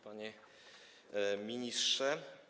Panie Ministrze!